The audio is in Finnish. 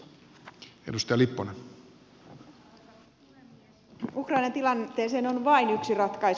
ukrainan tilanteeseen on vain yksi ratkaisu